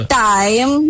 time